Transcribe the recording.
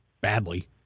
badly